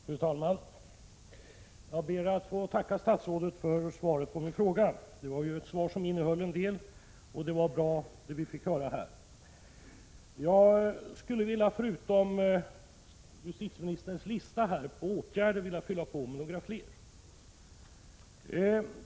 Fru talman! Jag ber att få tacka statsrådet för svaret på min fråga. Det var ju ett svar som innehöll en del, och det var bra det vi fick höra. Jag skulle vilja fyll på justitieministerns lista över åtgärder med ytterligare några.